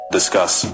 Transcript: Discuss